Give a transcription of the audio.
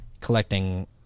collecting